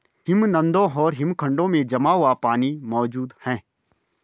हिमनदों और हिमखंडों में जमा हुआ पानी मौजूद हैं